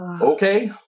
Okay